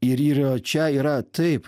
ir yra čia yra taip